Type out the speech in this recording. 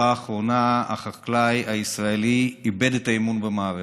בתקופה האחרונה החקלאי הישראלי איבד את האמון במערכת.